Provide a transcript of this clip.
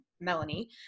Melanie